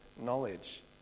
knowledge